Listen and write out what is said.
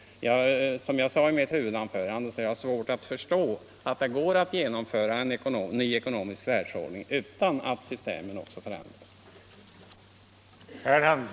Som jag sade i mitt huvudanförande har jag svårt att förstå att det går att genomföra en ny ekonomisk världsordning utan att systemen också förändras.